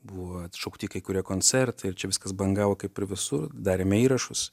buvo atšaukti kai kurie koncertai ir čia viskas bangavo kaip ir visur darėme įrašus